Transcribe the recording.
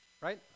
Right